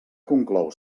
conclou